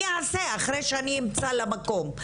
אני אעשה אחרי שאמצא לה מקום,